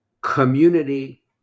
community